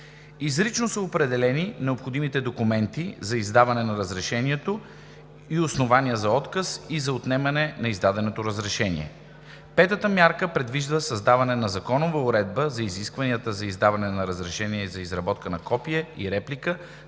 Изрично са определени необходимите документи за издаване на разрешението и основанията за отказ и за отнемане на издаденото разрешение. Петата мярка предвижда създаване на законова уредба за изискванията за издаване на разрешение за изработка на копие и реплика